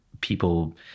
people